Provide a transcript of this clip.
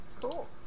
Cool